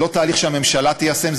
זה לא תהליך שהממשלה תיישם,